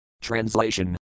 Translation